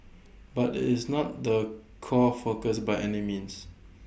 but IT is not the core focus by any means